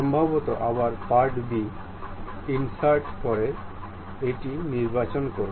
সম্ভবত আবার part b insert করে এটি নির্বাচন করুন